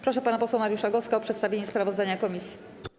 Proszę pana posła Mariusza Goska o przedstawienie sprawozdania komisji.